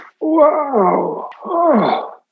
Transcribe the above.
Wow